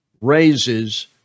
raises